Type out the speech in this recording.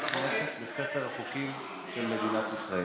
ונכנסת לספר החוקים של מדינת ישראל.